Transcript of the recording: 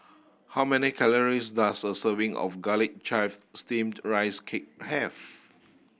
how many calories does a serving of Garlic Chives Steamed Rice Cake have